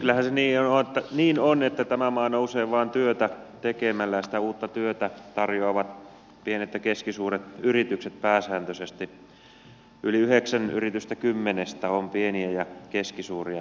kyllähän se niin on että tämä maa nousee vain työtä tekemällä ja sitä uutta työtä tarjoavat pienet ja keskisuuret yritykset pääsääntöisesti yli yhdeksän yritystä kymmenestä on pieniä ja keskisuuria yrityksiä